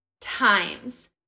times